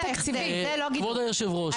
כבוד היושב-ראש,